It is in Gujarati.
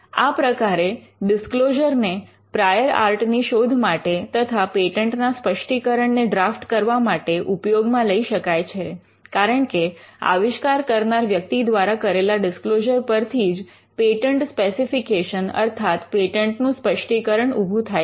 આ પ્રકારે ડિસ્ક્લોઝર ને પ્રાયોર આર્ટ ની શોધ માટે તથા પેટન્ટના સ્પષ્ટીકરણ ને ડ્રાફ્ટ કરવા માટે ઉપયોગમાં લઇ શકાય છે કારણકે આવિષ્કાર કરનાર વ્યક્તિ દ્વારા કરેલા ડિસ્ક્લોઝર પરથી જ પેટન્ટ સ્પેસિફિકેશન અર્થાત પેટન્ટનું સ્પષ્ટીકરણ ઊભું થાય છે